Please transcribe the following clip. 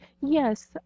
yes